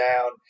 down